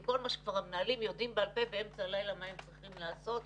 עם כל מה שכבר המנהלים יודעים בעל פה באמצע הלילה מה הם צריכים לעשות,